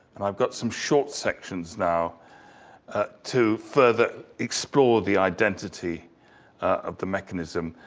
i've got some short sections now to further explore the identity of the mechanism.